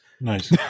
Nice